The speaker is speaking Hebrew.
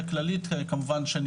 אז אמרתי לו שיש לי שתי תשובות: האחת